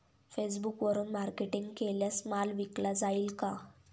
फेसबुकवरुन मार्केटिंग केल्यास माल विकला जाईल का?